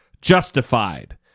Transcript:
justified